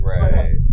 Right